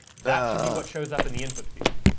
that should be what shows up in the input field.